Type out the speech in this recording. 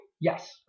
Yes